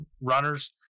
runners